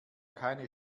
keine